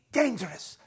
dangerous